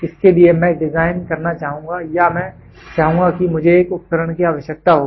इसके लिए मैं डिजाइन करना चाहूंगा या मैं चाहूंगा कि मुझे एक उपकरण की आवश्यकता होगी